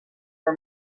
for